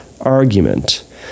argument